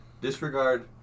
Disregard